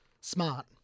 Smart